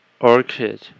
orchid